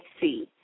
see